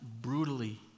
brutally